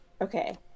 okay